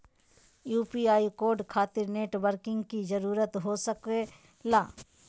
UPI code खातिर net banking की जरूरत हो सके ला?